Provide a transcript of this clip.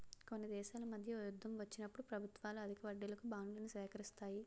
కొన్ని దేశాల మధ్య యుద్ధం వచ్చినప్పుడు ప్రభుత్వాలు అధిక వడ్డీలకు బాండ్లను సేకరిస్తాయి